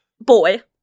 Boy